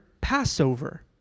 Passover